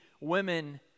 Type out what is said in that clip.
women